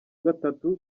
gatatu